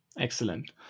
Excellent